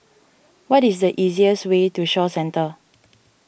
what is the easiest way to Shaw Centre